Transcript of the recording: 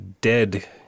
dead